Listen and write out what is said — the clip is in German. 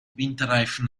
winterreifen